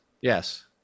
Yes